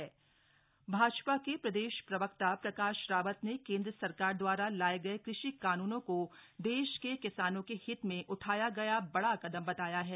कृषि कानून अल्मोडा भाजपा के प्रदेश प्रवक्ता प्रकाश रावत ने केन्द्र सरकार द्वारा लाए गए कृषि कानून को देश के किसानों के हित में उठाया गया बड़ा कदम बताया है